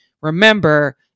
remember